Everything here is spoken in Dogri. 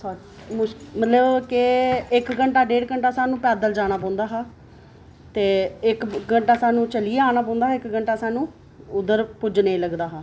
मतलब केह् इक घण्टा डेढ़ घण्टा सानू पैदल जाना पौंदा हा ते इक घण्टा सानू चलियै आना पौंदा हा इक घण्टा सानू उद्धर पुजने गी लगदा हा